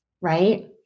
right